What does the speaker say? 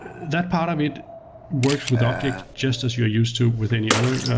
that part of it works with objects just as you're used to within your other